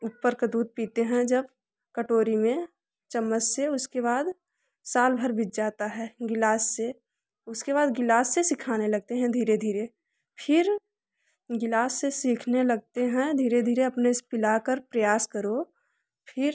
ऊपर का दूध पीते हैं जब कटोरी में चम्मच से उसके बाद साल भर बीत जाता है गिलास से उसके बाद गिलास से सिखाने लगते हैं धीरे धीरे फिर गिलास से सीखने लगते हैं धीरे धीरे अपने से पिला कर प्रयास करो फिर